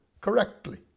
correctly